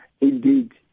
indeed